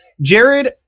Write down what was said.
Jared